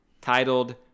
Titled